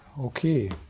okay